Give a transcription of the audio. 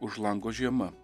už lango žiema